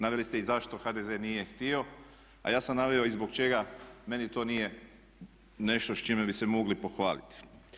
Naveli ste i zašto HDZ nije htio a ja sam naveo i zbog čega meni to nije nešto s čime bi se mogli pohvaliti.